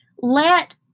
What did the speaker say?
Let